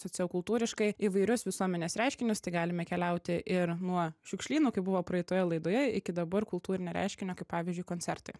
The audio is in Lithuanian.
sociokultūriškai įvairius visuomenės reiškinius tai galime keliauti ir nuo šiukšlynų kaip buvo praeitoje laidoje iki dabar kultūrinio reiškinio kaip pavyzdžiui koncertai